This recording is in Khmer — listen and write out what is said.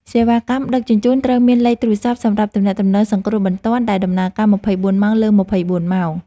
សេវាកម្មដឹកជញ្ជូនត្រូវមានលេខទូរស័ព្ទសម្រាប់ទំនាក់ទំនងសង្គ្រោះបន្ទាន់ដែលដំណើរការ ២៤ ម៉ោងលើ ២៤ ម៉ោង។